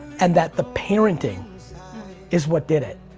and that the parenting is what did it.